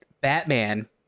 Batman